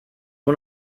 one